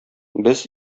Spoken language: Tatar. без